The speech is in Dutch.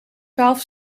twaalf